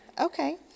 Okay